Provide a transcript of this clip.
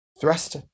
thrust